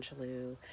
Angelou